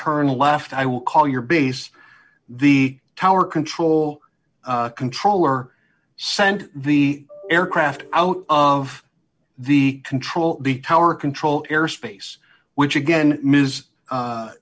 turn left i will call your base the tower control controller sent the aircraft out of the control tower control airspace which again ms